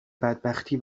بدبختی